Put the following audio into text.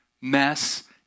mess